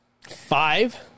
Five